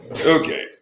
Okay